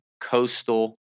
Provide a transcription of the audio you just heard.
coastal